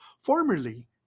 Formerly